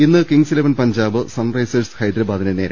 ഇന്ന് Kings Eleven Punjab Sunrisers ഹൈദരബാദിനെ നേരിടും